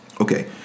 Okay